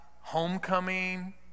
homecoming